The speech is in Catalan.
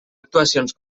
actuacions